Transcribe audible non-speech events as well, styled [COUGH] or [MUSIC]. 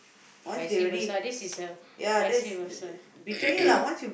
vice versa this is a vice versa [COUGHS]